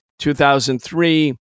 2003